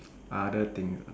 other things uh